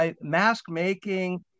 Mask-making